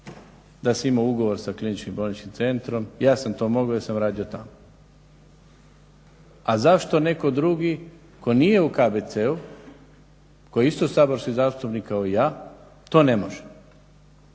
da sam imao ugovor sa kliničkim bolničkim centrom. Ja sam to mogao jer sam radio tamo. A zašto netko drugi tko nije u KBC-u koji je isto saborski zastupnik kao i ja to ne može?